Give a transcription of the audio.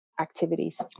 activities